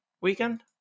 weekend